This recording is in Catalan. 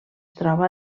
troba